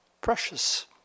Precious